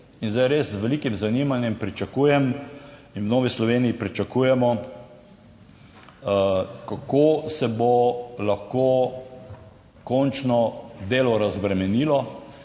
z velikim zanimanjem pričakujem in v Novi Sloveniji pričakujemo, kako se bo lahko končno delo razbremenilo?